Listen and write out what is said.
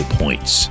points